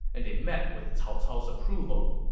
and they met with cao cao's approval.